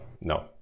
no